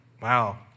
wow